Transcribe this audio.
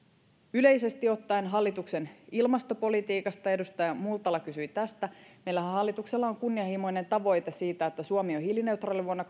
yleisesti ottaen hallituksen ilmastopolitiikasta edustaja multala kysyi tästä meillähän hallituksella on kunnianhimoinen tavoite siitä että suomi on hiilineutraali vuonna